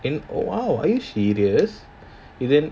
and oh !wow! are you serious eh then